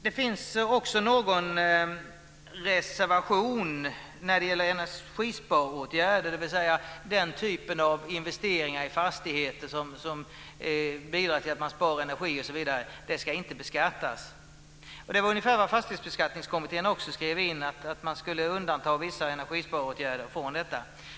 Det finns också någon reservation om att energisparåtgärder, dvs. den typ av investeringar i fastigheter som bidrar till att man spar energi osv., inte ska beskattas. Det var ungefär vad Fastighetsbeskattningskommittén också skrev, dvs. att man skulle undanta vissa energisparåtgärder från detta.